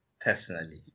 Personally